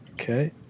okay